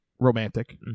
Romantic